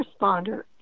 responder